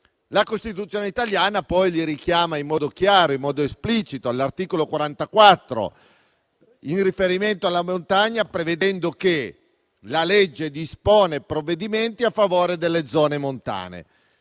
La Costituzione italiana, poi, le richiama in modo chiaro ed esplicito all'articolo 44, in riferimento alla montagna, prevedendo che la legge disponga provvedimenti a favore delle zone montane,